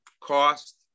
cost